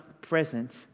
present